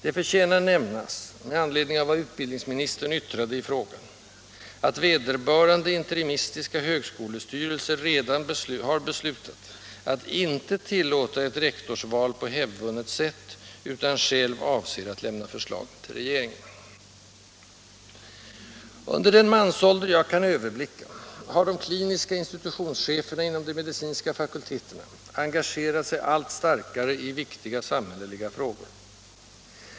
Det förtjänar nämnas — med anledning av vad utbildningsministern yttrade i frågan — att vederbörande interimistiska högskolestyrelse redan beslutat icke tillåta ett rektorsval på hävdvunnet sätt utan själv avser att lämna förslag till regeringen. Under den mansålder jag kan överblicka har de kliniska institutionscheferna inom de medicinska fakulteterna engagerat sig allt starkare i viktiga samhälleliga frågor.